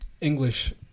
English